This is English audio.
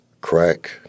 crack